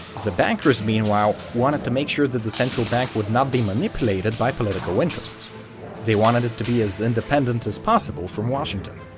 the bankers meanwhile wanted to make sure that the central bank would not be manipulated by political interests they wanted it to be as independent as possible from washington.